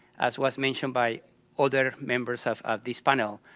as was mentioned by other members of of this panel.